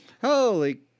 Holy